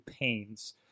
pains